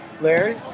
Larry